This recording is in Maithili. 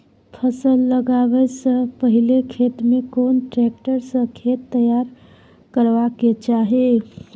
फसल लगाबै स पहिले खेत में कोन ट्रैक्टर स खेत तैयार करबा के चाही?